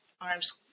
arms